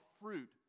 fruit